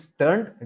turned